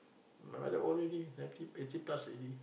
my mother old already ninety eighty plus already